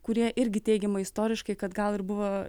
kurie irgi teigiama istoriškai kad gal ir buvo